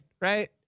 right